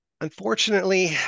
Unfortunately